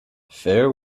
fair